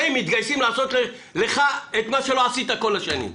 באים, מתגייסים לעשות לך את מה שלא עשית כל השנים.